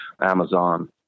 Amazon